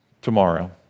Tomorrow